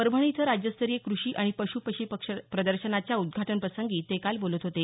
परभणी इथं राज्यस्तरीय कृषी आणि पशू पक्षी प्रदर्शनाच्या उद्घाटनाप्रसंगी ते काल बोलत होते